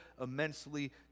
immensely